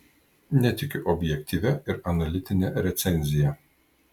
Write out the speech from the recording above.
netikiu objektyvia ir analitine recenzija